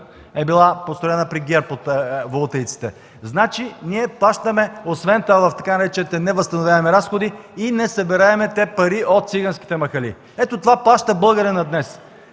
е била построена при ГЕРБ от волтаиците. Значи ние плащаме освен това и тъй наречените невъзстановяеми разходи и несъбираемите пари от циганските махали. Ето, това плаща българинът днес